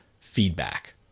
feedback